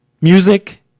Music